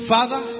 Father